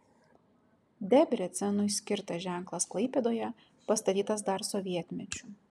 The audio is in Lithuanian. debrecenui skirtas ženklas klaipėdoje pastatytas dar sovietmečiu